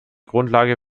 grundlage